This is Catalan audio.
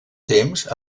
temps